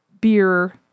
beer